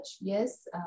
yes